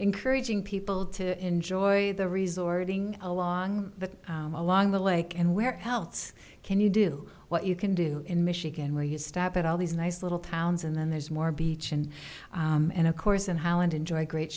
encouraging people to enjoy the resorting along the along the lake and where else can you do what you can do in michigan where you stop at all these nice little towns and then there's more beach and and of course in holland enjoy great